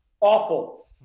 Awful